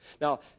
Now